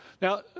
Now